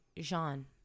Jean